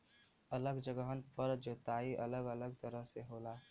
अलग जगहन पर जोताई अलग अलग तरह से होला